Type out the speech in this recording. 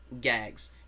gags